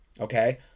Okay